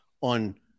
on